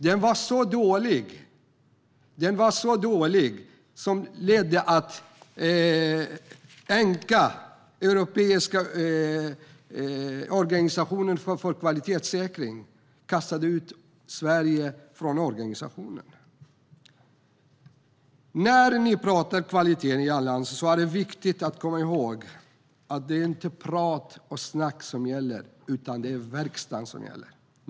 Det var så dåligt att det ledde till att Enqa, den europeiska organisationen för kvalitetssäkring, kastade ut Sverige ur organisationen. När ni i Alliansen pratar kvalitet är det viktigt att komma ihåg att det inte är prat och snack som gäller, utan det är verkstad som gäller.